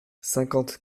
cinquante